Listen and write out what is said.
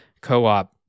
co-op